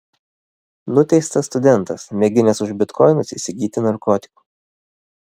nuteistas studentas mėginęs už bitkoinus įsigyti narkotikų